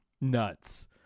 nuts